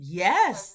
yes